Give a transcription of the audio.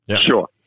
Sure